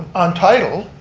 on title,